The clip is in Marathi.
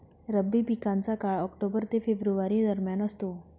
रब्बी पिकांचा काळ ऑक्टोबर ते फेब्रुवारी दरम्यान असतो